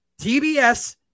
TBS